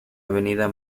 avenida